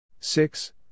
Six